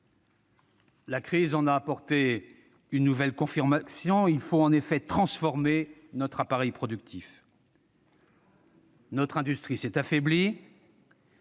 La crise en a apporté une nouvelle confirmation : il faut transformer notre appareil productif. Notre industrie s'est affaiblie.